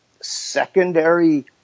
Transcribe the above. secondary